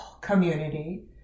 community